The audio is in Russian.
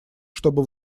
чтобы